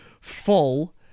full